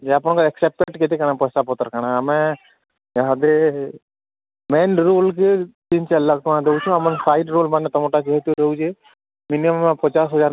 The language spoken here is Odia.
ଯେ ଆପଣଙ୍କ ଏସେପ୍ଟଟା କେତେ କ'ଣ ପଇସା ପତରଟା କ'ଣ ଆମେ ଯାହାବି ମେନ ରୋଲ୍ କୁ ତିନି ଚାରି ଲକ୍ଷ ଟଙ୍କା ଦେଉଛୁ ଆମର ସାଇଡ୍ ରୋଲ୍ ମାନେ ତୁମଟା ଯେମିତି ରହୁଛି ମିନିମମ୍ ପଚାଶ ହଜାର